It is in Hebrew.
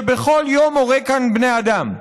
שבכל יום הורג כאן בני אדם.